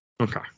Okay